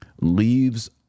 leaves